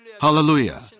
Hallelujah